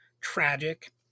tragic